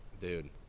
dude